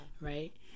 Right